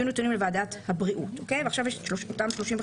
שיהיו נתונים לוועדת הבריאות של הכנסת